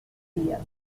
vías